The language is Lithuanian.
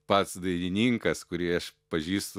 pats dainininkas kurį aš pažįstu